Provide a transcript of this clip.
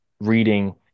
reading